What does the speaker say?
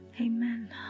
Amen